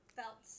felt